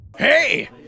Hey